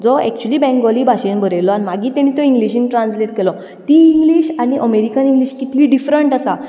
जो एक्चुयली बंगोली भाशेंत बरयलो आनी मागीर ताणें तो इंग्लीशींत ट्रान्सलेट केलो ती इंग्लीश आनी अमेरिकन इंग्लीश कितली डिफ्रंट आसा